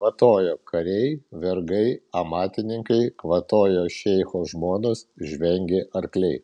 kvatojo kariai vergai amatininkai kvatojo šeicho žmonos žvengė arkliai